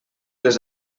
les